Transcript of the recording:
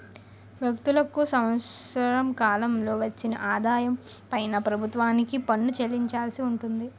వ్యక్తులకు సంవత్సర కాలంలో వచ్చిన ఆదాయం పైన ప్రభుత్వానికి పన్ను చెల్లించాల్సి ఉంటుంది